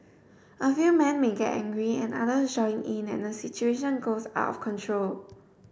a few men may get angry and others join in and the situation goes out of control